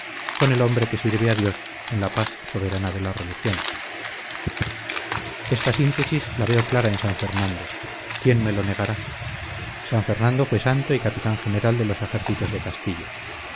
con el hombre que sirve a dios en la paz soberana de la religión esta síntesis la veo clara en san fernando quién me lo negará san fernando fue santo y capitán general de los ejércitos de castilla